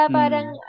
parang